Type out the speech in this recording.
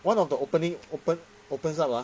one of the opening open open 上 ah